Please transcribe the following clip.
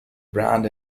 brand